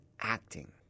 acting